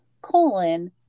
colon